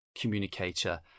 communicator